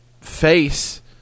face